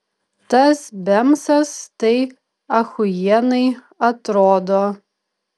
tas bemsas tai achujienai atrodo